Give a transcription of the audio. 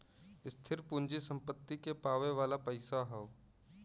स्थिर पूँजी सम्पत्ति के पावे वाला पइसा हौ